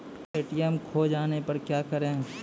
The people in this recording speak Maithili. ए.टी.एम खोजे जाने पर क्या करें?